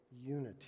unity